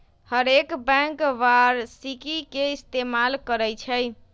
हरेक बैंक वारषिकी के इस्तेमाल करई छई